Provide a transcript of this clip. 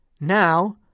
Now